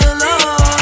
alone